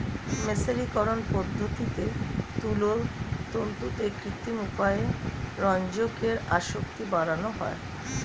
মের্সারিকরন পদ্ধতিতে তুলোর তন্তুতে কৃত্রিম উপায়ে রঞ্জকের আসক্তি বাড়ানো হয়